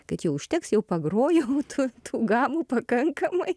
kad jau užteks jau pagrojau tų gamų pakankamai